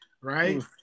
right